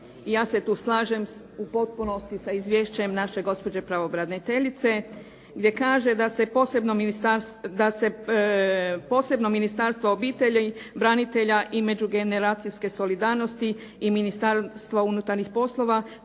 ja se tu slažem u potpunosti sa izvješćem naše gospođe pravobraniteljice gdje kaže da se posebno Ministarstvo obitelji, branitelja i međugeneracijske solidarnosti i Ministarstva unutarnjih poslova